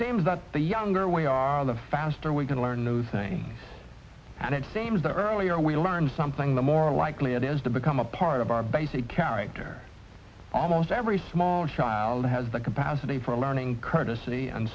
seems that the younger we are the faster we can learn new things and it seems the earlier we learn something the more likely it is to become a part of our basic character almost every small child has the capacity for learning courtesy an